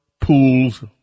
pools